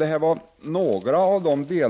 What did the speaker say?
Detta var några av de frågor